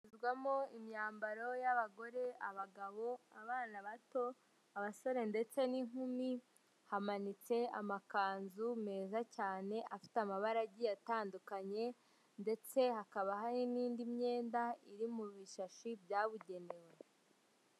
Hahahirwamo imyambaro y'abagore, abagabo, abana, bato abasore ndetse n'inkumi, hamanitse amakanzu meza cyane afite amabaragi atandukanye, ndetse hakaba hari n'indi myenda iri mu bishashi byabugenewe.